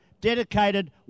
dedicated